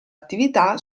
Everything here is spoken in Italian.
attività